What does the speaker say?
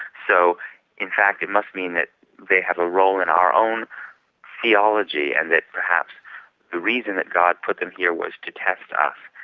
so in fact it must mean that they have a role in our own theology and that perhaps the reason that god put them here was to test us,